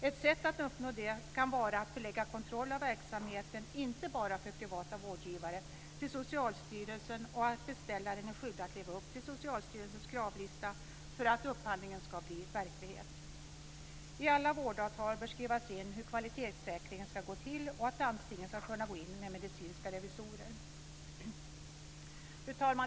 Ett sätt att uppnå det kan vara att förlägga kontroll av verksamheten - inte bara för privata vårdgivare - till Socialstyrelsen och att beställaren är skyldig att leva upp till Socialstyrelsens kravlista för att upphandlingen ska bli verklighet. I alla vårdavtal bör skrivas in hur kvalitetssäkringen ska gå till och att landstingen ska kunna gå in med medicinska revisorer. Fru talman!